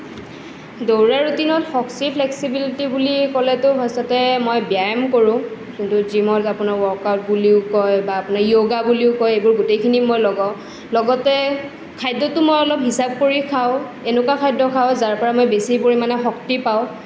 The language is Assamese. দৌৰা ৰুটিনত ফ্লেক্সিবিলিটি বুলি ক'লেতো ফাৰ্ষ্টতে মই ব্যায়াম কৰোঁ কিন্তু জিমত আপোনাৰ ৱৰ্ক আউট বুলিও কয় য়োগা বুলিও কয় এইবোৰ গোটেইখিনি মই লগাওঁ লগতে খাদ্যটো মই অলপ হিচাপ কৰি খাওঁ এনেকুৱা খাদ্য খাওঁ যাৰ পৰা মই বেছি পৰিমাণে শক্তি পাওঁ